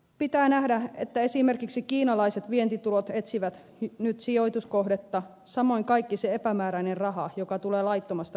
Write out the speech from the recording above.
pitää nähdä että esimerkiksi kiinalaiset vientitulot etsivät nyt sijoituskohdetta samoin kaikki se epämääräinen raha joka tulee laittomasta bisneksestä